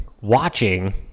watching